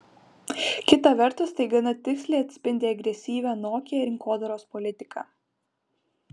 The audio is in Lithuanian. kita vertus tai gana tiksliai atspindi agresyvią nokia rinkodaros politiką